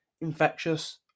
infectious